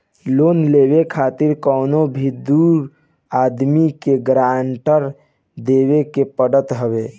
loan लेवे खातिर कवनो भी दू आदमी के गारंटी देवे के पड़त हवे